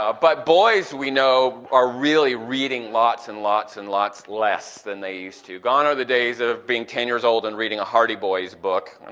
but boys we know are really reading lots and lots and lots less than they used to. gone are the days of being ten years old and reading a hardy boys book.